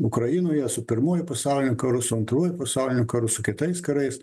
ukrainoje su pirmuoju pasauliniu karu su antruoju pasauliniu karu su kitais karais